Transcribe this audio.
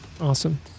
Awesome